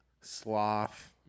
sloth